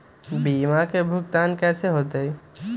बीमा के भुगतान कैसे होतइ?